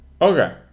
Okay